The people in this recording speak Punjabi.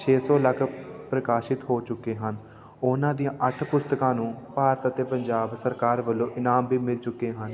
ਛੇ ਸੌ ਲੱਖ ਪ੍ਰਕਾਸ਼ਿਤ ਹੋ ਚੁੱਕੇ ਹਨ ਉਹਨਾਂ ਦੀਆਂ ਅੱਠ ਪੁਸਤਕਾਂ ਨੂੰ ਭਾਰਤ ਅਤੇ ਪੰਜਾਬ ਸਰਕਾਰ ਵੱਲੋਂ ਇਨਾਮ ਵੀ ਮਿਲ ਚੁੱਕੇ ਹਨ